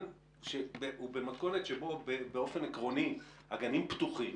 במתכונת שבה באופן עקרוני הגנים פתוחים,